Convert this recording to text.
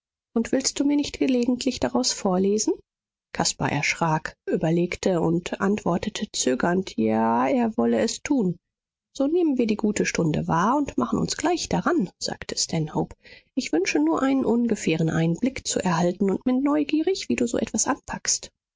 und willst du mir nicht gelegentlich daraus vorlesen caspar erschrak überlegte und antwortete zögernd ja er wolle es tun so nehmen wir die gute stunde wahr und machen uns gleich daran sagte stanhope ich wünsche nur einen ungefähren einblick zu erhalten und bin neugierig wie du so etwas anpackst